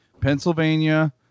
Pennsylvania